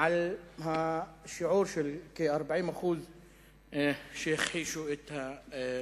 על השיעור של כ-40% שהכחישו את השואה.